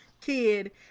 kid